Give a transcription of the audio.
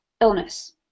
illness